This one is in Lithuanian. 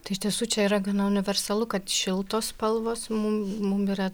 tai iš tiesų čia yra gana universalu kad šiltos spalvos mum mum yra